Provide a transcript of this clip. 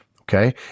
Okay